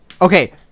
okay